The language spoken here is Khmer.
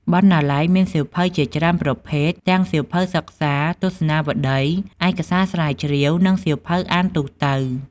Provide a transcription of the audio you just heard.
បណ្ណាល័យមានសៀវភៅជាច្រើនប្រភេទ ទាំងសៀវភៅសិក្សា ទស្សនាវដ្ដី ឯកសារស្រាវជ្រាវ និងសៀវភៅអានទូទៅ។